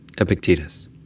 Epictetus